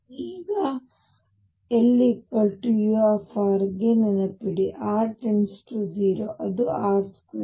ಈಗ l 1 u ಗೆ ನೆನಪಿಡಿ r 0 ಅದು r2